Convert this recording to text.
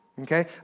okay